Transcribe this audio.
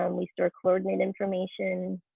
um we store coordinate information,